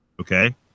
Okay